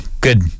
good